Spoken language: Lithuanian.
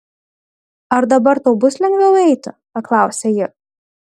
ar dabar tau bus lengviau eiti paklausė ji